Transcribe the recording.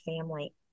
family